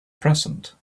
present